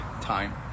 time